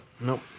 Nope